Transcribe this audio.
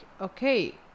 okay